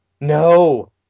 No